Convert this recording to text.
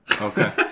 okay